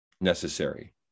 necessary